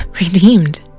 redeemed